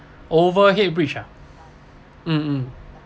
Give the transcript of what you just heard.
overhead bridge ah mm